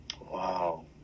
Wow